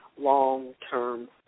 long-term